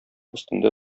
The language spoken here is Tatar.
өстендә